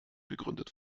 gegründet